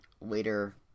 later